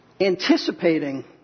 Anticipating